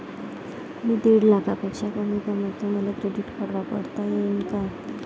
मी दीड लाखापेक्षा कमी कमवतो, मले क्रेडिट कार्ड वापरता येईन का?